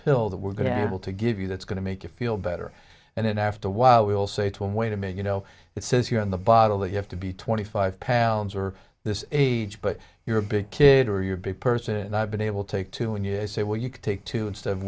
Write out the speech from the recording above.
pill that we're going to be able to give you that's going to make you feel better and then after a while we'll say to him wait a minute you know it says here on the bottle that you have to be twenty five pounds or this age but your big kid or your big person i've been able to take two and you say well you can take two instead of